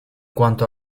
cuanto